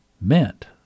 meant